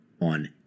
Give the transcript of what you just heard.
on